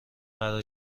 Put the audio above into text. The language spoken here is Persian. قرار